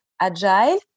agile